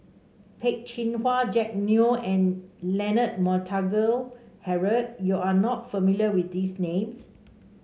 Peh Chin Hua Jack Neo and Leonard Montague Harrod you are not familiar with these names